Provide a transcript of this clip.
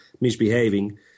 misbehaving